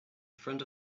front